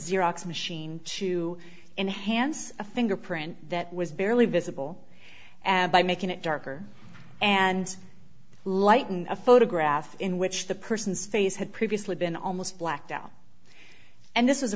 xerox machine to enhance a fingerprint that was barely visible by making it darker and lightened a photograph in which the person's face had previously been almost blacked out and this is a